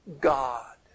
God